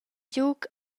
giug